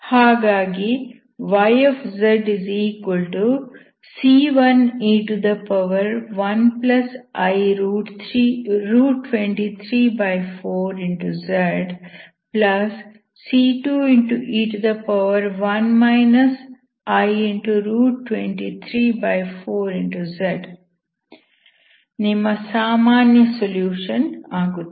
ಹಾಗಾಗಿ yzc1e1i234zc2e1 i234z ನಿಮ್ಮ ಸಾಮಾನ್ಯ ಸೊಲ್ಯೂಷನ್ ಆಗುತ್ತದೆ